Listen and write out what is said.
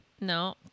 No